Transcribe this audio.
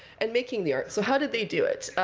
and making the art. so how did they do it?